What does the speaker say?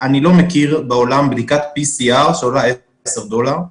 אני לא מכיר בעולם בדיקת PCR שעולה 10 דולר.